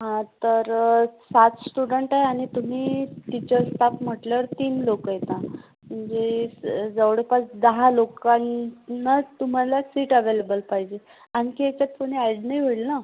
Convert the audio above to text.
हां तर सात स्टुडंट आहे आणि तुम्ही टीचर्स स्टाफ म्हटलं तीन लोकं येता म्हणजे जवळपास दहा लोकांनाच तुम्हाला सीट अॅवेलेबल पाहिजे आणखी याच्यात कोणी अॅड नाही होईल ना